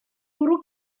bwrw